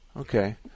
Okay